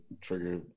trigger